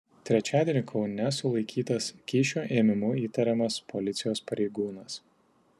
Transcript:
trečiadienį kaune sulaikytas kyšio ėmimu įtariamas policijos pareigūnas